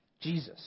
Jesus